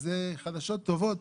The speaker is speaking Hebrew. ואלה חדשות טובות,